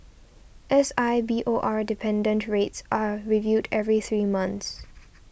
S I B O R dependent rates are reviewed every three months